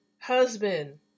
husband